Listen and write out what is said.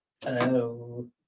Hello